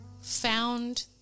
found